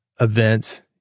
events